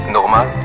Normal